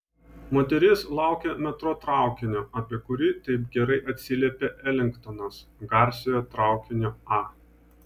moteris laukė metro traukinio apie kurį taip gerai atsiliepė elingtonas garsiojo traukinio a